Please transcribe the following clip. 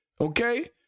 Okay